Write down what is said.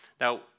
Now